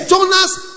Jonas